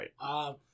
Right